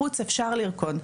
בחוץ אפשר לרקוד.